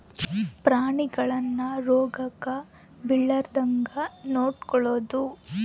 ಪ್ರಾಣಿಗಳನ್ನ ರೋಗಕ್ಕ ಬಿಳಾರ್ದಂಗ ನೊಡಕೊಳದು